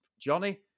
Johnny